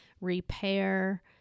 repair